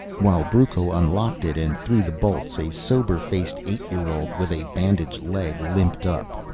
while brucco unlocked it and threw the bolts, a sober-faced eight-year-old with a bandaged leg limped up.